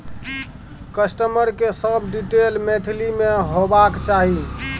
customer के सब detail Maithili में होबाक चाही